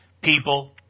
people